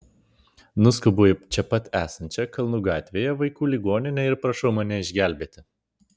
nuskubu į čia pat esančią kalnų gatvėje vaikų ligoninę ir prašau mane išgelbėti